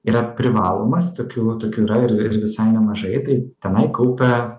yra privalomas tokių tokių yra ir ir visai nemažai tai tenai kaupia